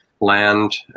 land